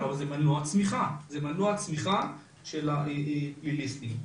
אלה שטחים חוליים שגם קרובים לריכוזים.